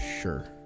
sure